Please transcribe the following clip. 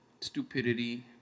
stupidity